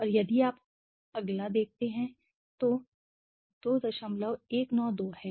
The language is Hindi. और यदि आप अगला देखते हैं तो 2192 है